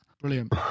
brilliant